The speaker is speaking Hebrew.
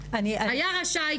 "רשאי",